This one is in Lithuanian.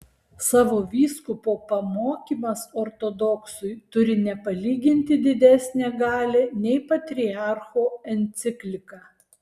savo vyskupo pamokymas ortodoksui turi nepalyginti didesnę galią nei patriarcho enciklika